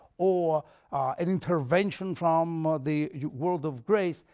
or an intervention from the world of grace,